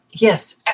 Yes